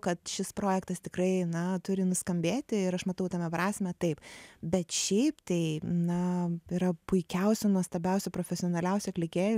kad šis projektas tikrai na turi nuskambėti ir aš matau tame prasmę taip bet šiaip tai na yra puikiausi nuostabiausi profesionaliausi atlikėjai